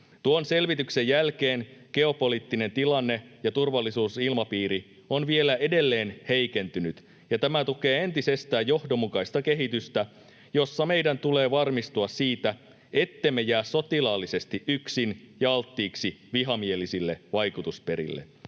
Tuon selvityksen jälkeen geopoliittinen tilanne ja turvallisuusilmapiiri ovat vielä edelleen heikentyneet, ja tämä tukee entisestään johdonmukaista kehitystä, jossa meidän tulee varmistua siitä, ettemme jää sotilaallisesti yksin ja alttiiksi vihamielisille vaikutusperille.